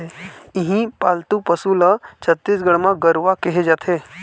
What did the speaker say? इहीं पालतू पशु ल छत्तीसगढ़ म गरूवा केहे जाथे